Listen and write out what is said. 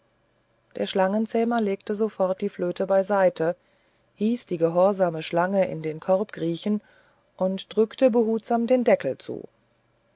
der schlangenzähmer legte sofort die flöte beiseite hieß die gehorsame schlange in den korb kriechen und drückte behutsam den deckel zu